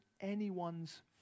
anyone's